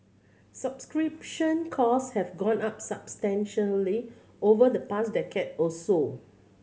subscription cost have gone up substantially over the past decade or so